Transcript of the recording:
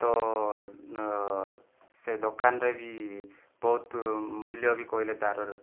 ତ ସେ ଦୋକାନରେ ବି ବହୁତ ମୂଲ୍ୟ ବି କହିଲେ ତାର